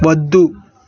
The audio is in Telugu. వద్దు